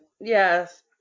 yes